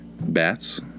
Bats